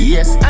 Yes